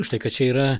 už tai kad čia yra